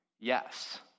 yes